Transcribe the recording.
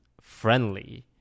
friendly